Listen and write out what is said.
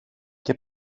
και